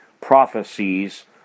prophecies